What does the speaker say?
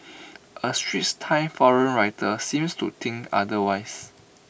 A straits time forum writer seems to think otherwise